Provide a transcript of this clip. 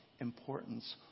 importance